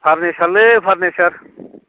फार्निसारलै furniture